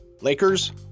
Lakers